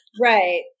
Right